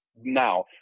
Now